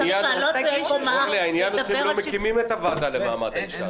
שהם לא מקימים את הוועדה למעמד האישה.